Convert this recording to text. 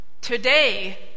Today